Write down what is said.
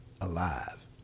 alive